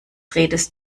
redest